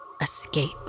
Escape